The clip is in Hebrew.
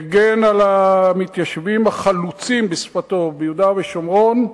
מגן על המתיישבים החלוצים, בשפתו, ביהודה ושומרון,